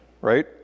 right